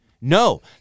No